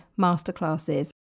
masterclasses